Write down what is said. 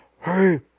Hey